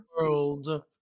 world